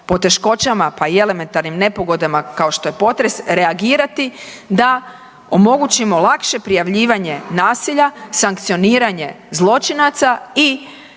poteškoćama, pa i elementarnim nepogodama kao što je potres, reagirati, da omogućimo lakše prijavljivanje nasilja, sankcioniranje zločinaca i